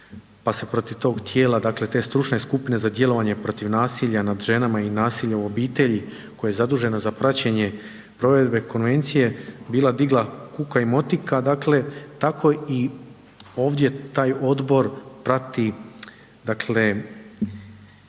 pa se protiv tog tijela, dakle te stručne skupine za djelovanje protiv nasilja nad ženama i nasilja u obitelji koja je zadužena za praćenje provedbe Konvencije bila digla kuka i motika, dakle tako i ovdje taj odbor prati uvjete